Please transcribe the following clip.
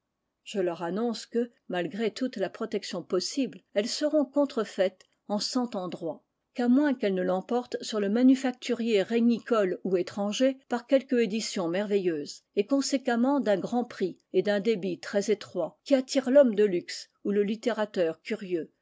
je leur annonce que malgré toute la protection possible elles seront contrefaites en cent endroits qu'à moins qu'elles ne l'emportent sur le manufacturier régnicole ou étranger par quelque édition merveilleuse et conséquemment d'un grand prix et d'un débit très étroit qui attire l'homme de luxe ou le littérateur curieux